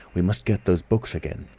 we must get those books again.